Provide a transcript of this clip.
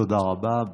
תודה רבה.